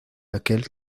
aquel